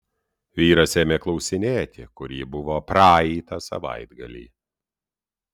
vyras ėmė klausinėti kur ji buvo praeitą savaitgalį